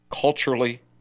culturally